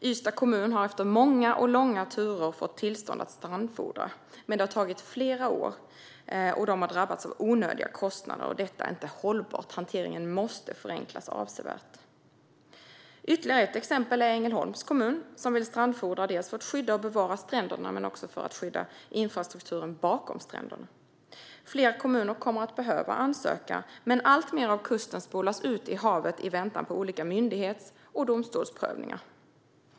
Ystads kommun har efter många och mycket långa turer fått tillstånd att strandfodra. Det har tagit flera år, och de har drabbats av onödiga kostnader. Detta är inte hållbart. Hanteringen måste förenklas avsevärt. Ytterligare ett exempel är Ängelholms kommun, som vill strandfodra för att skydda och bevara både stränderna och infrastrukturen bakom stränderna. Fler kommuner kommer att behöva ansöka. Men alltmer av kusten spolas ut i havet i väntan på olika myndighets och domstolsprövningar.